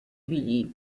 billy